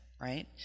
right